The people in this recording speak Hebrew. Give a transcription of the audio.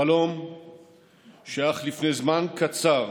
חלום שאך לפני זמן קצר